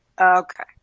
Okay